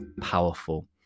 powerful